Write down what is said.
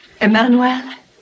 Emmanuel